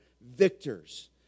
victors